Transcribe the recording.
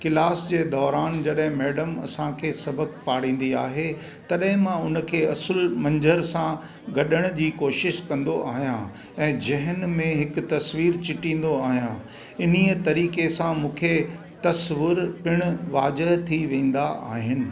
class जे दौरानु जॾहिं मैडम असांखे सबकु पाढ़िंदी आहे तॾहिं मां उनखे असुल मंजर सां गढण जी कोशिशि कंदो आहियां ऐं ज़हन में हिकु तस्वीर चिटिंदो आहियां इन्हीअ तरीक़े सां मूंखे तसबुर पिण वाजह थी वींदा आहिनि